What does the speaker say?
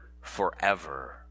forever